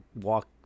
walk